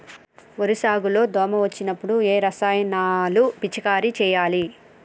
వరి సాగు లో దోమ వచ్చినప్పుడు ఏ రసాయనాలు పిచికారీ చేయాలి?